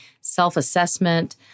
self-assessment